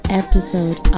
episode